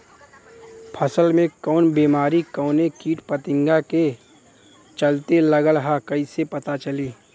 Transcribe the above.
फसल में कवन बेमारी कवने कीट फतिंगा के चलते लगल ह कइसे पता चली?